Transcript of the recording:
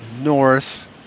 north